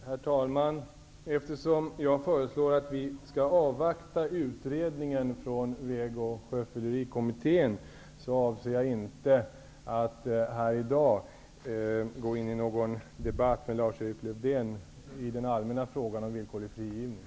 Herr talman! Eftersom jag föreslår att vi skall avvakta utredningen från Väg och sjöfyllerikommittén avser jag inte att här i dag gå in i någon debatt med Lars-Erik Lövdén i den allmänna frågan om villkorlig frigivning.